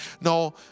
No